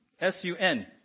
S-U-N